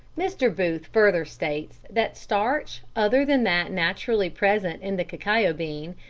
mr. booth further states that starch other than that naturally present in the cacao bean,